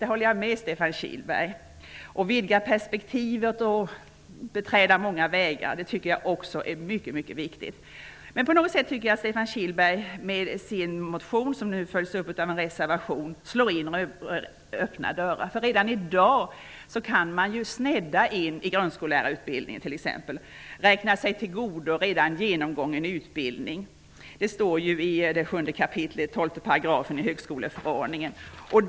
Det håller jag med Stefan Kihlberg om. Att vidga perspektivet och beträda många vägar är också mycket viktigt. Men på något sätt tycker jag att Stefan Kihlberg med sin motion, som nu följs upp av en reservation, slår in öppna dörrar. Redan i dag kan man ju snedda in i grundskollärarutbildningen t.ex. Man kan tillgodoräkna sig redan genomgången utbildning, vilket står i 7 kap. 12 § högskoleförordningen.